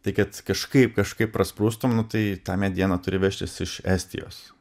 tai kad kažkaip kažkaip prasprūstum nu tai tą medieną turi vežtis iš estijos